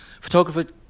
Photographer